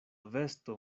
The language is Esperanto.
vesto